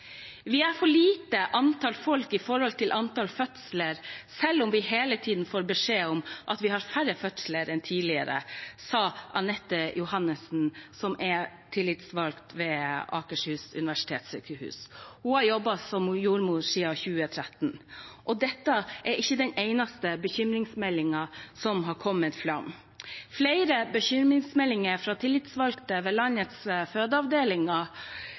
er for lite antall folk i forhold til antall fødsler selv om vi hele tiden får beskjed om at vi har færre fødsler enn tidligere», sa Anette Johannesen, tillitsvalgt ved Akershus universitetssykehus. Hun har jobbet som jordmor siden 2013. Og dette er ikke den eneste bekymringsmeldingen som har kommet fram. Flere bekymringsmeldinger fra tillitsvalgte ved landets fødeavdelinger